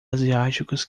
asiáticos